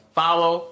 follow